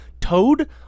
Toad